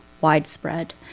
widespread